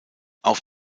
auf